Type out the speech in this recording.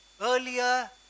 Earlier